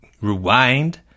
rewind